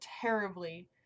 terribly